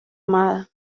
amada